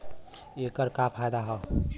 ऐकर का फायदा हव?